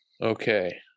Okay